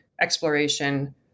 exploration